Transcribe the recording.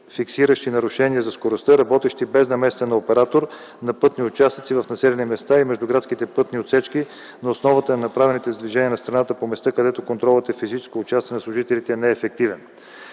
фиксиращи нарушения за скоростта, работещи без намесата на оператор, на пътни участъци в населените места и междуградските пътни отсечки на основата на направените за движение в страната по места, където контролът и физическото участие на служителите не е ефективен.